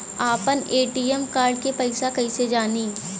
आपन ATM card के PIN कईसे जानी?